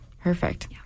Perfect